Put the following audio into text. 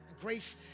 Grace